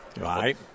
right